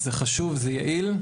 זה חשוב, זה יעיל.